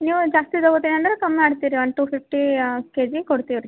ನೀವು ಜಾಸ್ತಿ ತಗೊತೀರಂದ್ರೆ ಕಮ್ ಮಾಡ್ತೀವ್ ರೀ ಒಂದು ಟೂ ಫಿಫ್ಟಿ ಕೆಜಿ ಕೊಡ್ತಿವಿ ರೀ